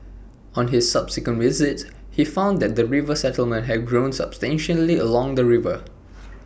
on his subsequent visits he found that the river settlement had grown substantially along the river